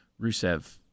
Rusev